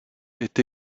est